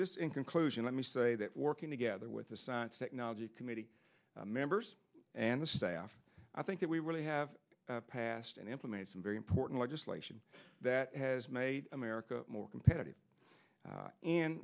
just in conclusion let me say that working together with the science technology committee members and the staff i think we really have passed and implemented some very important legislation that has made america more competitive